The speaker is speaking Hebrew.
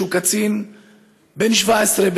בן 19,